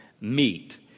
meet